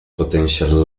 potential